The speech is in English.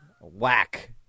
Whack